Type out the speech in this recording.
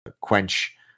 quench